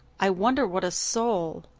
i wonder what a soul.